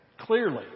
Clearly